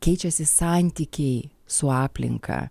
keičiasi santykiai su aplinka